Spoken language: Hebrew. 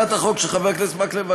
הצעת החוק של חבר הכנסת מקלב,